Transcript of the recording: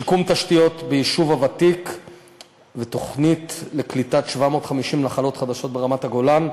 שיקום תשתיות ביישוב הוותיק ותוכנית לקליטת 750 נחלות חדשות ברמת-הגולן.